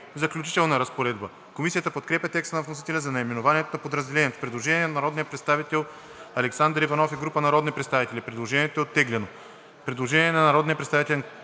„Заключителна разпоредба“. Комисията подкрепя текста на вносителя за наименованието на Подразделението. Предложение от народния представител Александър Иванов и група народни представители. Предложението е оттеглено. Предложение на народния представител